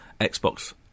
Xbox